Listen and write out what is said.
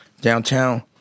downtown